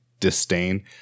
disdain